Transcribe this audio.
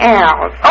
else